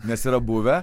nes yra buvę